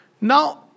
Now